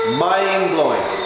mind-blowing